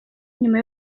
nyuma